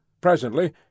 Presently